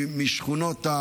שבא מהשכונות,